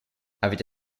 avete